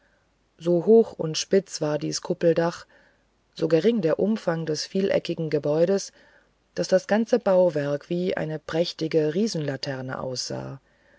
so hoch und spitz war dies kuppeldach so gering der umfang des vieleckigen gehäuses daß das ganze bauwerk wie eine prächtige riesenlaterne aussah